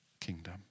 kingdom